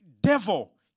devil